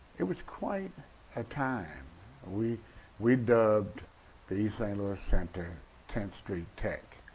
it was quite a time we we dubbed the east st. louis center tenth street tech,